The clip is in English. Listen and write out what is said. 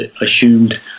assumed